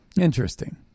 Interesting